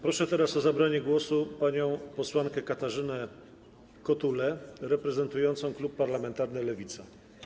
Proszę teraz o zabranie głosu panią posłankę Katarzynę Kotulę reprezentującą klub parlamentarny Lewica.